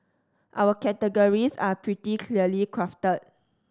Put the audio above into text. our categories are pretty clearly crafted